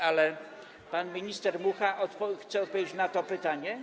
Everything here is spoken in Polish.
Ale pan minister Mucha chce odpowiedzieć na to pytanie?